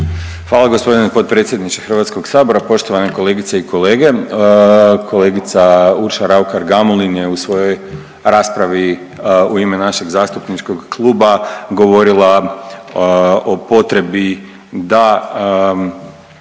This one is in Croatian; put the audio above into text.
Hvala gospodine potpredsjedniče Hrvatskog sabora. Poštovane kolegice i kolege, kolegica Urša Raukar Gamulin je u svojoj raspravi u ime našeg zastupničkog kluba govorila o potrebi da